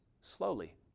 slowly